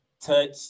touch